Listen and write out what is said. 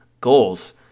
goals